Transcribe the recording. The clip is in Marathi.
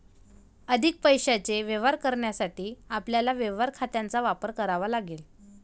अधिक पैशाचे व्यवहार करण्यासाठी आपल्याला व्यवहार खात्यांचा वापर करावा लागेल